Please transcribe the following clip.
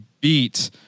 beat